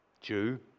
Jew